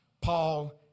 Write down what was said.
Paul